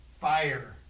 fire